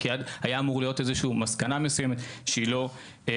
כי היה אמור להיות איזה שהיא מסקנה מסוימת שהיא לא קיימת.